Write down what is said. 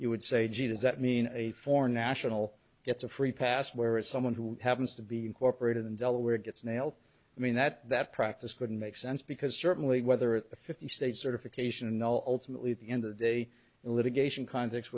you would say gee does that mean a foreign national gets a free pass whereas someone who happens to be incorporated in delaware gets nailed i mean that that practice couldn't make sense because certainly whether it's a fifty state certification and no ultimately at the end of the day in litigation con